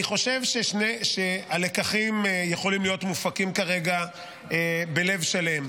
אני חושב שהלקחים יכולים להיות מופקים כרגע בלב שלם.